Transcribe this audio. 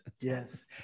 yes